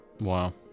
wow